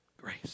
grace